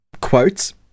quotes